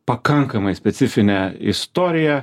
pakankamai specifinę istoriją